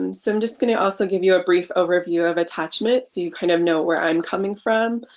um so i'm just going to also give you a brief overview of attachment, so you kind of know where i'm coming from.